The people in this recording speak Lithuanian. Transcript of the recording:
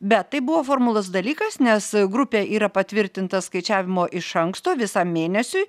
bet tai buvo formalus dalykas nes grupė yra patvirtinta skaičiavimo iš anksto visam mėnesiui